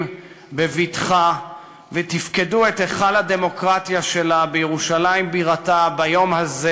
בבטחה ותפקדו את היכל הדמוקרטיה שלה בירושלים בירתה ביום הזה.